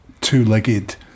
two-legged